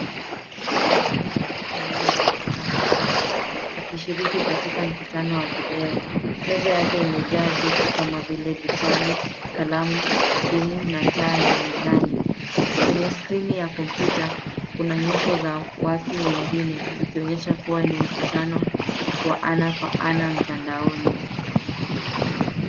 Mtu anaonekana ameketi mbele ya kompyuta mpakato akishiriki katika mkutano wa video. Meza yake imejaa vitu kama vile vitabu, kalamu, simu na taa ya mezani. Kwenye skrini ya kompyuta kuna nyuso za watu wengine zikionyesha kuwa ni mkutano wa ana kwa ana mtandaoni.